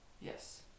Yes